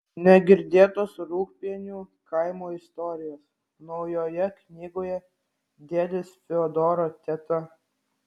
negirdėtos rūgpienių kaimo istorijos naujoje knygoje dėdės fiodoro teta